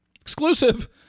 Exclusive